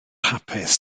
hapus